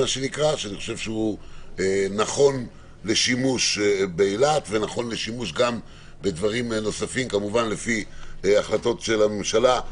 שהוא נכון לשימוש באילת וגם בדברים נוספים לפי החלטות של הממשלה,